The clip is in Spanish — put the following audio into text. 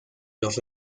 los